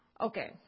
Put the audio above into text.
Okay